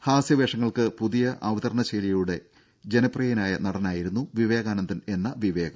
ഹാസ്യ വേഷങ്ങൾക്ക് പുതിയ അവതരണ ശൈലിയിലൂടെ ജനപ്രിയനായ നടനായിരുന്നു വിവേകാനന്ദൻ എന്ന വിവേക്